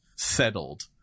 settled